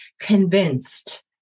convinced